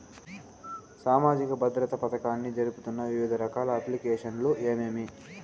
సామాజిక భద్రత పథకాన్ని జరుపుతున్న వివిధ రకాల అప్లికేషన్లు ఏమేమి?